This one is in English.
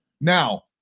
Now